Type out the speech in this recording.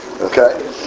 Okay